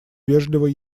вежливо